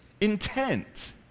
intent